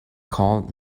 called